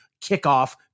kickoff